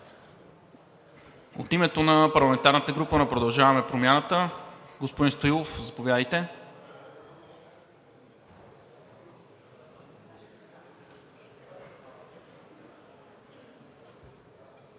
От името на парламентарната група на „Продължаваме Промяната“ – господин Стоилов, заповядайте.